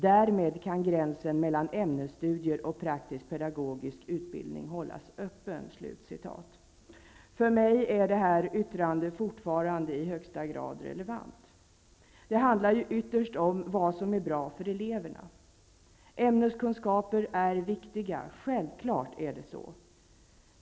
Därmed kan gränsen mellan ämnesstudier och praktisk-pedagogisk utbildning hållas öppen.'' För mig är det här yttrandet fortfarande i högsta grad relevant. Det handlar ytterst om vad som är bra för eleverna. Självfallet är ämneskunskaper viktiga.